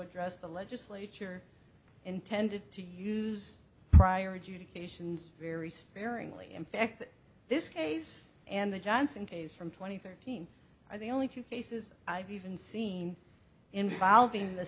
addressed the legislature intended to use prior adjudications very sparingly in fact this case and the johnson case from twenty thirteen or the only two cases i've even seen involving the